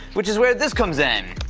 which is where this comes in.